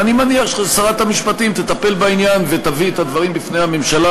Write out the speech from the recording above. ואני מניח ששרת המשפטים תטפל בעניין ותביא את הדברים בפני הממשלה,